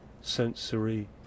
sensory